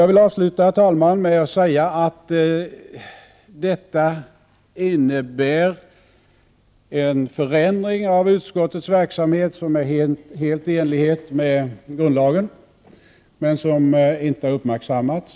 Jag vill avsluta, herr talman, med att säga att detta innebär en förändring i utskottets verksamhet som är helt i enlighet med grundlagen men som inte har uppmärksammats.